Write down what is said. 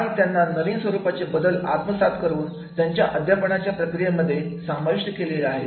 आणि त्यांनी नवीन स्वरूपाचे बदल आत्मसात करून त्यांच्या अध्यापनाच्या प्रक्रियेमध्ये समाविष्ट केलेले आहेत